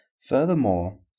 Furthermore